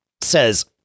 says